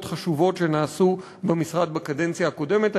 חשובות שנעשו במשרד בקדנציה הקודמת.